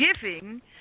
giving